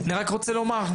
אני רק רוצה לומר,